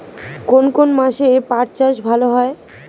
কোন কোন মাসে পাট চাষ ভালো হয়?